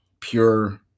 pure